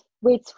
wait